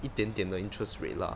一点点的 interest rate lah